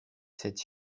cette